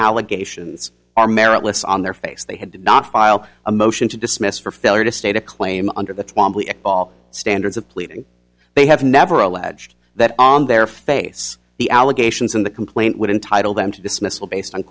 allegations are meritless on their face they had to not file a motion to dismiss for failure to state a claim under the all standards of pleading they have never alleged that on their face the allegations in the complaint would entitle them to dismissal based on